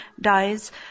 dies